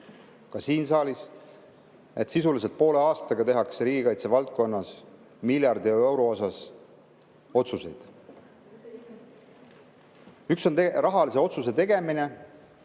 ka siin saalis, et sisuliselt poole aastaga tehakse riigikaitse valdkonnas miljardi euro eest otsuseid. Üks pool on rahalise otsuse tegemine,